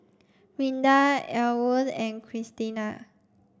Rinda Ellwood and Cristina